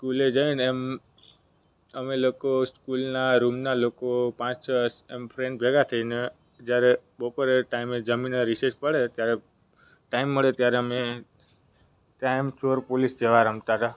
સ્કૂલે જઈને એમ અમે લોકો સ્કૂલના રૂમના લોકો પાંચ છ આમ ફ્રેન્ડ ભેગા થઈને જ્યારે બપોરે ટાઈમે જમીને રિશેષ પડે ત્યારે ટાઈમ મળે ત્યારે અમે ટાઈમ ચોર પોલીસ જેવા રમતા હતા